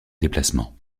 déplacement